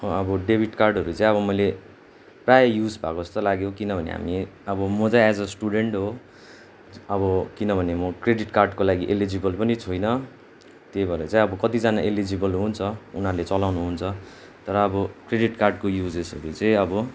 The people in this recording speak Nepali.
अब डेबिट कार्डहरू चाहिँ अब मैले प्रायः युज भएको जस्तो लाग्यो किनभने हामी अब म चाहिँ एज अ स्टुडेन्ट हो अब किनभने म क्रेडिट कार्डको लागि एलिजिबल पनि छुइनँ त्यही भएर चाहिँ अब कतिजना एलिजिबल हुन्छ उनीहरूले चलाउनु हुन्छ तर अब क्रेडिट कार्डको युजेसहरू चाहिँ अब